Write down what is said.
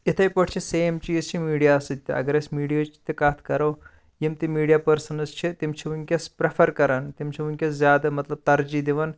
اِتھے پٲٹھۍ چھِ سیم چیٖز چھِ یِم میٖڈیاہَس سۭتۍ تہِ اگر أسۍ میٖڈیہٕچ تہِ کتھ کَرَو یِم تہِ میٖڈیا پٔرسَنٕز چھِ تِم چھِ وٕنکیٚس پریٚفَر کران تِم چھِ وٕنکیٚس زیادٕ مَطلَب تَرجی دِوان